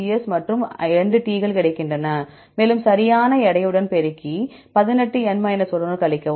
S மற்றும் 2 T கள் கிடைக்கின்றன மேலும் சரியான எடையுடன் பெருக்கி 18 என் 1 உடன் கழிக்கவும்